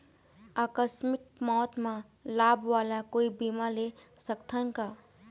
आकस मिक मौत म लाभ वाला कोई बीमा ले सकथन का?